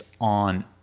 on